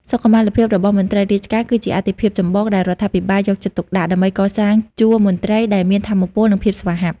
សុខុមាលភាពរបស់មន្ត្រីរាជការគឺជាអាទិភាពចម្បងដែលរដ្ឋាភិបាលយកចិត្តទុកដាក់ ដើម្បីកសាងជួរមន្ត្រីដែលមានថាមពល និងភាពស្វាហាប់។